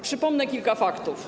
Przypomnę kilka faktów.